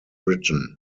britain